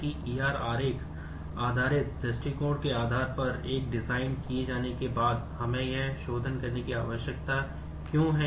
तो डेटाबेस करने की आवश्यकता क्यों है